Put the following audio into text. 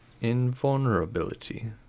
Invulnerability